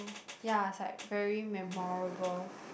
ya is like very memorable